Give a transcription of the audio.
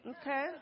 okay